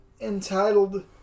entitled